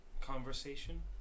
conversation